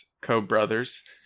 co-brothers